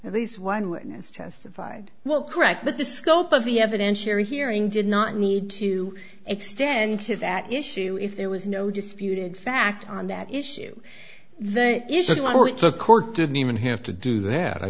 at least one witness testified well correct but the scope of the evidence sherry hearing did not need to extend to that issue if there was no disputed fact on that issue the issue or the court didn't even have to do that i